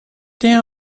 der